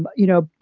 but you know,